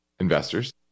investors